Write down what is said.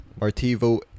Martivo